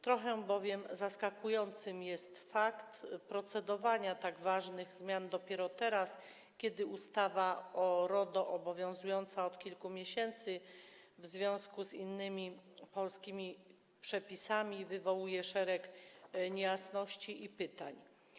Trochę bowiem zaskakujący jest fakt procedowania nad tak ważnymi zmianami dopiero teraz, kiedy ustawa o RODO, obowiązująca od kilku miesięcy, w związku z innymi polskimi przepisami wywołuje szereg niejasności i pytań.